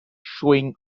showing